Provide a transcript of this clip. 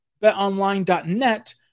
BetOnline.net